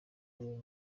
wenyine